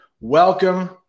welcome